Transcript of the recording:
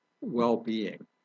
well-being